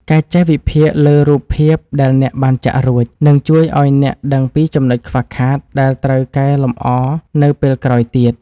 ការចេះវិភាគលើរូបភាពដែលអ្នកបានចាក់រួច នឹងជួយឱ្យអ្នកដឹងពីចំណុចខ្វះខាតដែលត្រូវកែលម្អនៅពេលក្រោយទៀត។